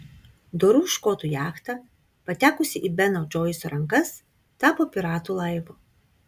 dorų škotų jachta patekusi į beno džoiso rankas tapo piratų laivu